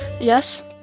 yes